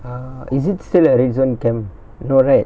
ah is it still a red zone camp no right